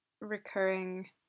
recurring